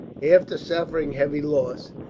after suffering heavy loss.